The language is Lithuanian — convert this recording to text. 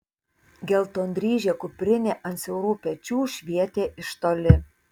geltondryžė kuprinė ant siaurų pečių švietė iš toli